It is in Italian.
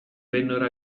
vennero